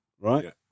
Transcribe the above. right